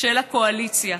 של הקואליציה.